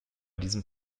diesem